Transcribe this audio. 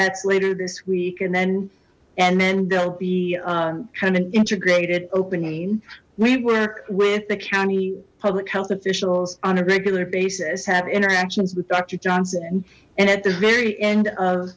that's later this week and then and then they'll be kind of integrated opening we work with the county public health officials on a regular basis have interactions with doctor johnson and at the very end of